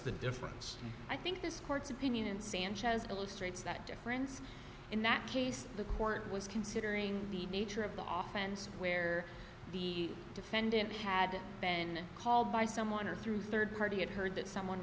the difference i think this court's opinion and sanchez illustrates that difference in that case the court was considering the nature of the often where the defendant had been called by someone or through rd party had heard that someone